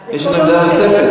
אז כל עוד אין לי תשובה,